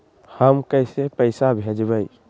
हम पैसा कईसे भेजबई?